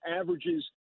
averages